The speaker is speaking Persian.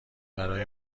برای